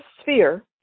sphere